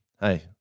Hey